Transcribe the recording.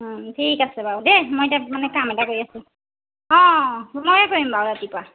অঁ ঠিক আছে বাৰু দেই মই এতিয়া মানে কাম এটা কৰি আছো অঁ অঁ মইয়ে কৰিম বাৰু ৰাতিপুৱা